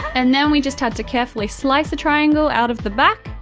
and then we just had to carefully slice a triangle out of the back,